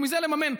ומזה לממן,